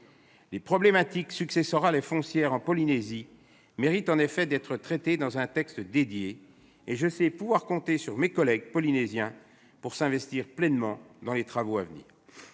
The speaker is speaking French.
Les problématiques successorales et foncières en Polynésie méritent en effet d'être traitées dans un texte spécifique et je sais que nous pouvons compter sur nos collègues polynésiens pour s'investir pleinement dans les travaux à venir.